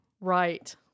right